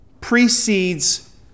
precedes